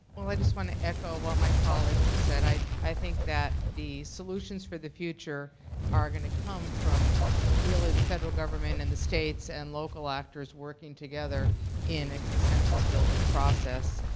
well, i just want to echo what my colleagues have said. i i think that the solutions for the future are going to come from really the federal government and the states and local actors working together in a consensus building process.